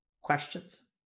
questions